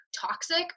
toxic